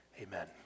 amen